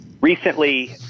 Recently